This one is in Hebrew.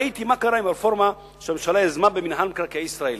ראיתי מה קרה עם הרפורמה שהממשלה יזמה במינהל מקרקעי ישראל.